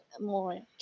more